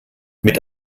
mit